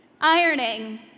ironing